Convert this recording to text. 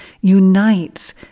unites